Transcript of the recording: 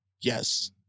Yes